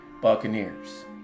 Buccaneers